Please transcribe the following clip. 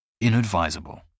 Inadvisable